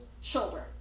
children